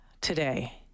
today